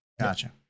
Gotcha